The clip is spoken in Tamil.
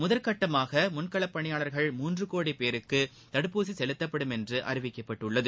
முதற்கட்டமாக மன்களப்பணியாளர்கள் மூன்று கோடி பேருக்கு தடுப்பூசி செலுத்தப்படும் என்று அறிவிக்கப்பட்டுள்ளது